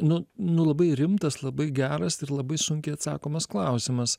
nu nu labai rimtas labai geras ir labai sunkiai atsakomas klausimas